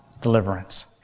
deliverance